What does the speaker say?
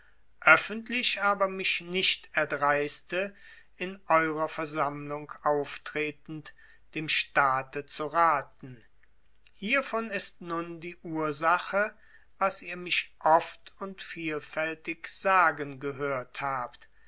öffentlich aber mich nicht erdreiste in eurer versammlung auftretend dem staate zu raten hiervon ist nun die ursache was ihr mich oft und vielfältig sagen gehört habt